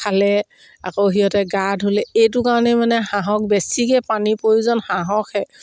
খালে আকৌ সিহঁতে গা ধুলে এইটো কাৰণে মানে হাঁহক বেছিকৈ পানীৰ প্ৰয়োজন হাঁহকহে